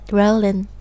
rolling